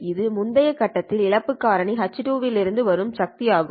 இது முந்தைய கட்டத்தின் இழப்பு காரணி H2 இலிருந்து வரும் ஒரு சக்தி ஆகும்